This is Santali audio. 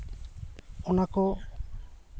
ᱚᱱᱟ ᱠᱚ